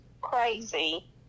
crazy